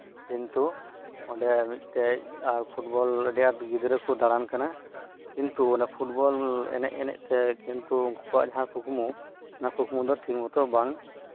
ᱚᱸᱰᱮ ᱢᱤᱫᱴᱮᱡ ᱟᱹᱰᱤ ᱟᱸᱴ ᱜᱤᱫᱽᱨᱟᱹ ᱠᱚ ᱫᱟᱬᱟᱱ ᱠᱟᱱᱟ ᱠᱤᱱᱛᱩ ᱚᱱᱟ ᱯᱷᱩᱴᱵᱚᱞ ᱟᱱᱟᱡ ᱮᱱᱮᱡ ᱛᱮ ᱩᱱᱠᱩᱣᱟᱜ ᱡᱟᱦᱟᱸ ᱠᱩᱠᱢᱩ ᱚᱱᱟ ᱠᱩᱠᱢᱩ ᱫᱚ ᱴᱷᱤᱠᱢᱚᱛᱚ ᱵᱟᱝ